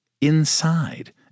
INSIDE